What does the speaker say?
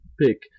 Pick